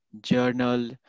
journal